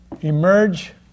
emerge